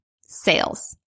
Sales